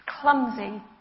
clumsy